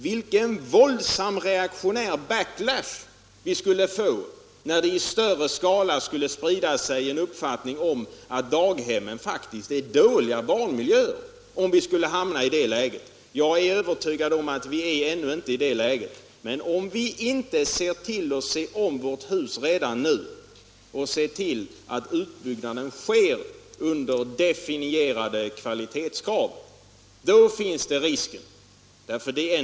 Vilken våldsam reaktionär backlash vi skulle få om vi skulle hamna i det läget att det i större skala skulle sprida sig en uppfattning om att daghemmen faktiskt är dåliga barnmiljöer. Jag är övertygad om att Nr 76 vi ännu inte är i det läget, men om vi inte ser om vårt hus redan nu Tisdagen den och ser till att utbyggnaden sker under definierade kvalitetskrav finns — 1 mars 1977 den risken.